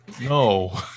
no